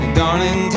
darling